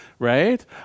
right